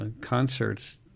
concerts